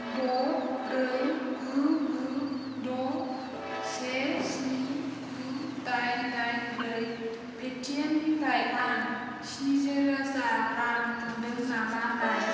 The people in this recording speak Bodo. द' ब्रै गु गु द' से स्नि गु दाइन दाइन ब्रै पेटिएम निफ्राय आं स्निजि रोजा रां मोन्दों नामा नाय